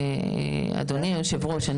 אדוני היושב-ראש,